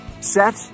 set